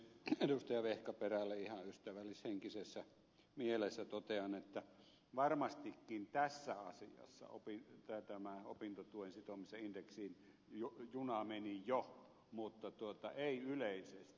vehkaperälle ihan ystävällishenkisessä mielessä totean että varmastikin tässä asiassa opintotuen sitomisessa indeksiin juna meni jo mutta ei yleisesti